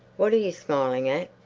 what are you smiling at?